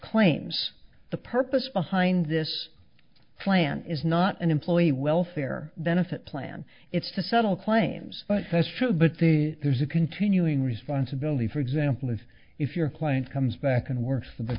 claims the purpose behind this plan is not an employee welfare benefit plan it's to settle claims but that's true but the there's a continuing responsibility for example is if your client comes back and works for the